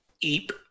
Eep